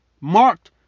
Marked